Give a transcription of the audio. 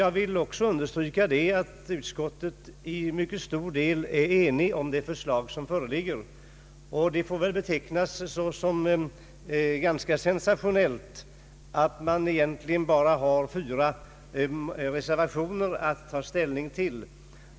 Jag vill också understryka att utskottet till mycket stor del är enigt om det förslag som föreligger. Det får väl betecknas som ganska sensationellt att vi i detta stora lagverk bara har fyra reservationer att ta ställning till.